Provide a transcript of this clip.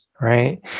Right